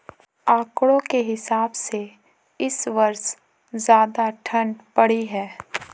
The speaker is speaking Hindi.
आंकड़ों के हिसाब से इस वर्ष ज्यादा ठण्ड पड़ी है